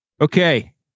Okay